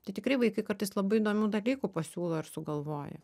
tai tikrai vaikai kartais labai įdomių dalykų pasiūlo ir sugalvoja